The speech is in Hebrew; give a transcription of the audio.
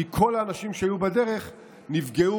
כי כל האנשים שהיו בדרך נפגעו,